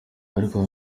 ariko